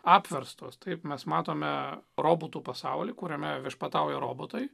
apverstos taip mes matome robotų pasaulį kuriame viešpatauja robotai